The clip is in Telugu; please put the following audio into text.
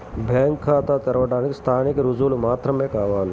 బ్యాంకు ఖాతా తెరవడానికి స్థానిక రుజువులు మాత్రమే కావాలా?